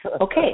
Okay